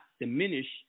diminish